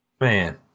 man